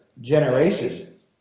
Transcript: generations